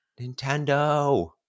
nintendo